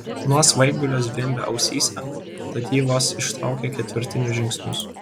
nuo svaigulio zvimbė ausyse tad ji vos ištraukė ketvirtinius žingsnius